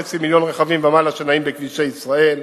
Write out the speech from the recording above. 3.5 מיליון רכבים ומעלה שנעים בכבישי ישראל,